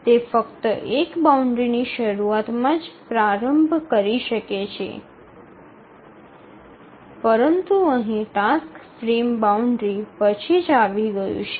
તે ફક્ત એક ફ્રેમ બાઉન્ડ્રીની શરૂઆતમાં જ પ્રારંભ કરી શકે છે પરંતુ અહીં ટાસ્ક ફ્રેમ બાઉન્ડ્રી પછી જ આવી ગયું છે